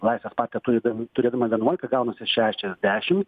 laisvės partija turi turėdama vienuolika gaunasi šešiasdešim